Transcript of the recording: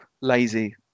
lazy